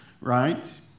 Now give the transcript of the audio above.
right